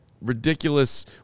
ridiculous